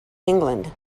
england